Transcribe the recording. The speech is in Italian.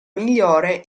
migliore